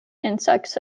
insects